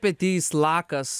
petys lakas